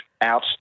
out